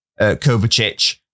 Kovacic